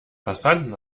passanten